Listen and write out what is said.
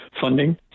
funding